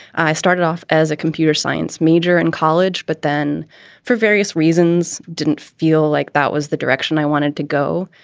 i started off as a computer science major in college, but then for various reasons i didn't feel like that was the direction i wanted to go.